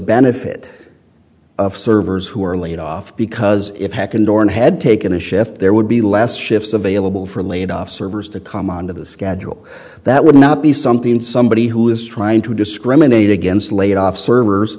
benefit servers who were laid off because it had been born had taken a shift there would be less shifts available for laid off servers to come on to the schedule that would not be something somebody who is trying to discriminate against laid off servers